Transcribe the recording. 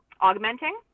augmenting